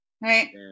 right